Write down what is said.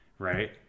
Right